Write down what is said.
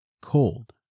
cold